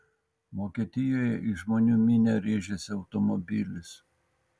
vokietijoje į žmonių minią rėžėsi automobilis